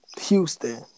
Houston